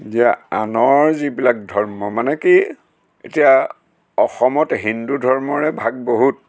যে আনৰ যিবিলাক ধৰ্ম মানে কি এতিয়া অসমত হিন্দু ধৰ্মৰে ভাগ বহুত